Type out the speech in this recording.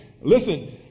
Listen